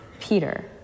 Peter